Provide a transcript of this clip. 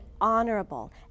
honorable